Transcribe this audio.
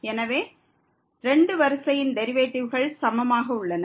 எனவே 2 வரிசையின் டெரிவேட்டிவ்கள் சமமாக உள்ளன